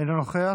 אינו נוכח.